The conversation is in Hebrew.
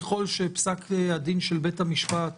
ככל שפסק הדין של בית המשפט